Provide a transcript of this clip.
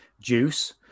juice